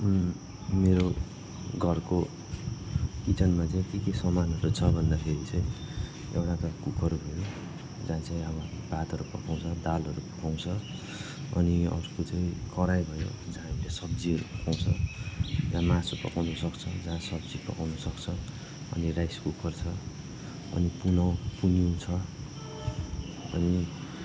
मेरो घरको किचनमा चाहिँ के के सामानहरू छ भन्दाखेरि चाहिँ एउटा त कुकर भयो जसमा चाहिँ भातहरू पकाउँछ दालहरू पकाउँछ अनि अर्को चाहिँ कराई भयो त्यो सब्जीहरू पकाउँछ जहाँ मासु पकाउनुसक्छ जहाँ सब्जीहरू पकाउँछ अनि राइस कुकर छ अनि पुन पुन्यु छ अनि